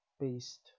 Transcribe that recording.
based